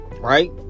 Right